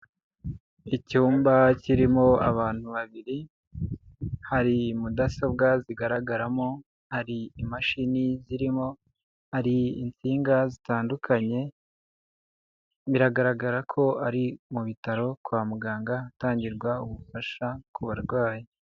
Icyumba kirimo abantu babiri, hari mudasobwa zigaragaramo, hari imashini zirimo, hari insinga zitandukanye, biragaragara ko ari mu bitaro kwa muganga ahatangirwa ubufasha ku barwayi.